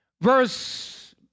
Verse